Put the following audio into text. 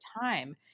time